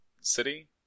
city